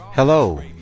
Hello